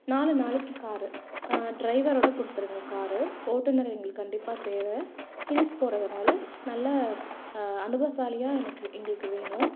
நாலு நாளைக்கு காரு டிரைவரோட கொடுத்துருங்க கார் ஓட்டுநர் எங்களுக்கு கண்டிப்பாக தேவை ஹில்ஸ் போகறதனால நல்ல அனுபவசாலியாக எனக்கு எங்களுக்கு வேணும்